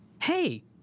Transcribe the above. Hey